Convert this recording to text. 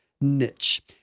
niche